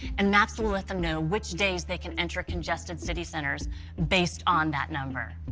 and maps will let them know which days they can enter congested city centers based on that number.